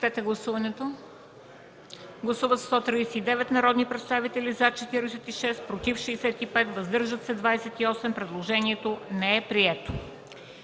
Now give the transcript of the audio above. Гласували 102 народни представители: за 18, против 64, въздържали се 20. Предложението не е прието.